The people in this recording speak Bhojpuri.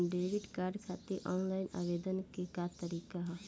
डेबिट कार्ड खातिर आन लाइन आवेदन के का तरीकि ह?